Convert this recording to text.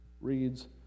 reads